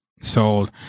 sold